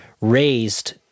raised